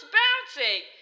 bouncing